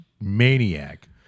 maniac